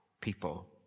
people